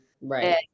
Right